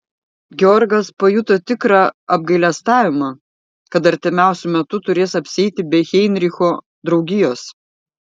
georgas pajuto tikrą apgailestavimą kad artimiausiu metu turės apsieiti be heinricho draugijos